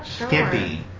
Skippy